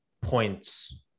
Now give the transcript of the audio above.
points